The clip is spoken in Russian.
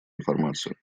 информацию